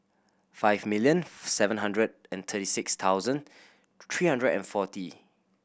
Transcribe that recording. five million seven hundred and thirty six thousand three hundred and forty